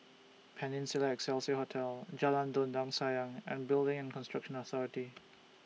Peninsula Excelsior Hotel Jalan Dondang Sayang and Building and Construction Authority